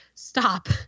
stop